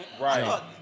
Right